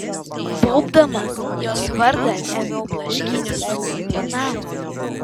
baubdamas jos vardą ėmiau blaškytis po namą